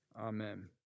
Amen